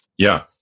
yeah.